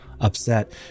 Upset